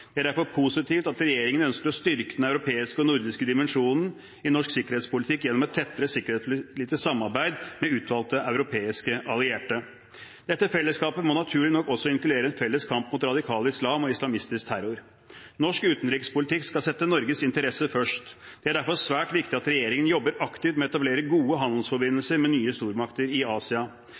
Det er derfor positivt at regjeringen ønsker å styrke den europeiske og nordiske dimensjonen i norsk sikkerhetspolitikk gjennom et tettere sikkerhetspolitisk samarbeid med utvalgte europeiske allierte. Dette fellesskapet må naturlig nok også inkludere en felles kamp mot radikal islam og islamistisk terror. Norsk utenrikspolitikk skal sette Norges interesser først. Det er derfor svært viktig at regjeringen jobber aktivt med å etablere gode handelsforbindelser med nye stormakter i Asia.